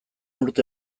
urte